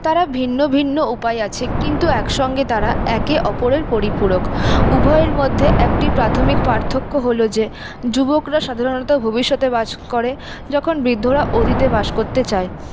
তারা ভিন্ন ভিন্ন উপায়ে আছে কিন্তু একসঙ্গে তারা একে অপরের পরিপূরক উভয়ের মধ্যে একটি প্রাথমিক পার্থক্য হল যে যুবকরা সাধারণত ভবিষ্যতে বাস করে যখন বৃদ্ধরা অতীতে বাস করতে চায়